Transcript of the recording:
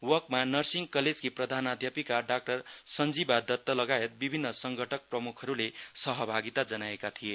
वकमा नर्सिङ कलेजकी प्रधानाध्यापिका डाक्टर सञ्जीवा दत लगायत विभिन्न संघका प्रमुखहरूले सहभागिता जनाएका थिए